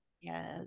Yes